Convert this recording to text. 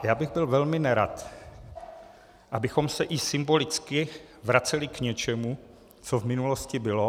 Já bych byl velmi nerad, abychom se i symbolicky vraceli k něčemu, co v minulosti bylo.